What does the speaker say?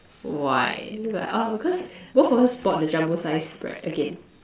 why and they be like oh because both of us bought the Jumbo size bread again